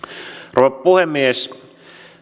rouva puhemies